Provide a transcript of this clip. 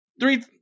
three